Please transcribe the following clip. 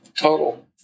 total